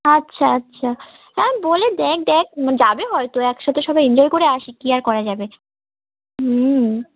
আচ্ছা আচ্ছা হ্যাঁ বলে দেখ দেখ মানে যাবে হয়তো একসাথে সবাই এনজয় করে আসি কী আর করা যাবে হুম